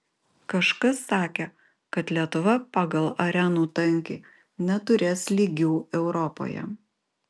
kažkas sakė kad lietuva pagal arenų tankį neturės lygių europoje